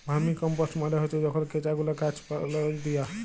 vermicompost মালে হছে যখল কেঁচা গুলা গাহাচ পালায় দিয়া